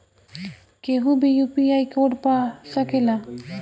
केहू भी UPI code पा सकेला?